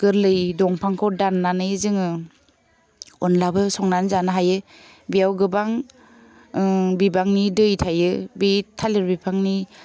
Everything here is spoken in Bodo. गोरलै दंफांखौ दान्नानै जोङो अनलाबो संनानै जानो हायो बेयाव गोबां बिबांनि दै थायो बे थालिर बिफांनि